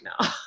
now